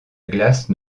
glace